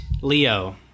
Leo